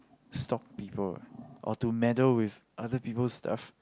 stop people or to meddle with other people stuff